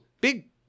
Big